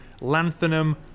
Lanthanum